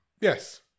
Yes